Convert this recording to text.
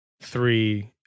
three